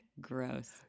Gross